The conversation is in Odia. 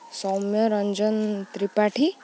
ସୌମ୍ୟ ରଞ୍ଜନ ତ୍ରିପାଠୀ